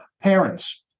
parents